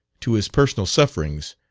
to his personal sufferings,